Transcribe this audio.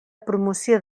promoció